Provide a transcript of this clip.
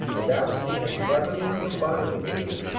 godowsky has cleverly combined the two,